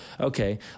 okay